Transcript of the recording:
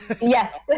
Yes